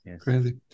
Crazy